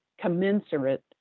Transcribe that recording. commensurate